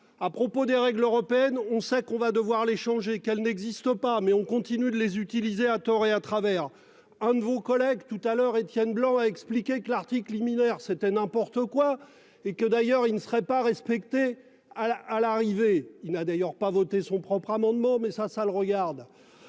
À propos des règles européennes. On sait qu'on va devoir les changer qu'elle n'existe pas mais on continue de les utiliser à tort et à travers un de vos collègues tout à l'heure Étienne Blanc a expliqué que l'article liminaire c'était n'importe quoi et que d'ailleurs il ne serait pas respecté à la, à l'arrivée il n'a d'ailleurs pas voter son propre amendement mais ça, ça le regarde.